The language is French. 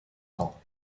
temps